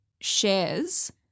shares